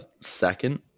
second